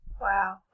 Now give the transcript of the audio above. Wow